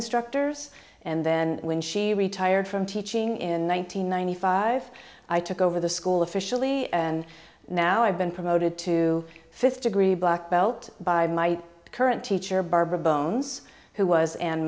instructors and then when she retired from teaching in one nine hundred ninety five i took over the school officially and now i've been promoted to fifth degree black belt by my current teacher barbara bones who was an